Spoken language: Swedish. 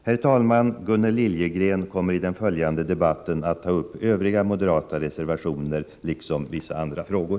Herr talman! Gunnel Liljegren kommer i den följande debatten att ta upp övriga moderata reservationer liksom vissa andra frågor.